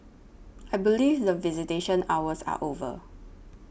I believe that visitation hours are over